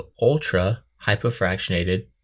ultra-hypofractionated